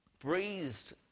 breathed